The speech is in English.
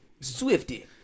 Swifty